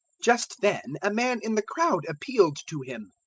just then a man in the crowd appealed to him.